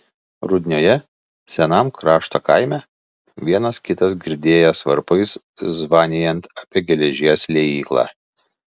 rudnioje senam krašto kaime vienas kitas girdėjęs varpais zvanijant apie geležies liejyklą